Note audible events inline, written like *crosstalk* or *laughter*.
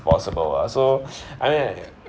possible ah so *breath* I mean I